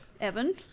evan